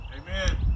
Amen